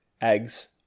eggs